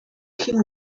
him